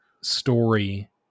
story